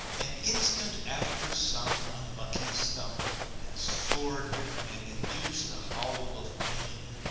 an instant after some unlucky stumble has floored him and induced a howl of pain,